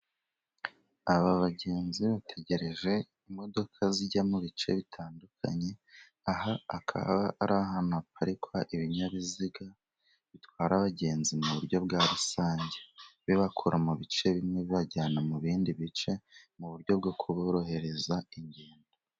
Aba bagenzi bategereje imodoka zijya mu bice bitandukanye . Aha akaba ari ahantu haparikwa ibinyabiziga bitwara abagenzi mu buryo bwa rusange, bibakura mu bice bimwe babajyana mu bindi bice , mu buryo bwo kuborohereza ingendo.